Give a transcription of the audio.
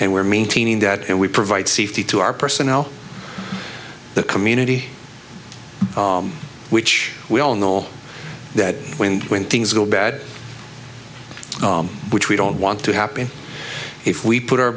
and we're maintaining that and we provide safety to our personnel the community which we all know that when when things go bad which we don't want to happen if we put our